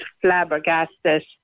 flabbergasted